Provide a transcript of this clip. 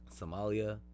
Somalia